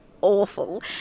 awful